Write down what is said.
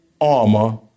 armor